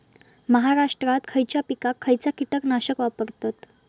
महाराष्ट्रात खयच्या पिकाक खयचा कीटकनाशक वापरतत?